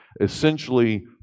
essentially